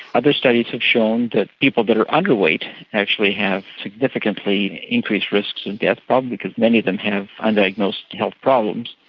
other studies have shown that people that are underweight actually have significantly increased risks of and death, probably because many of them have undiagnosed health problems.